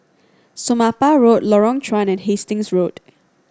Somapah Road Lorong Chuan and Hastings Road